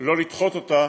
שלא לדחות אותה,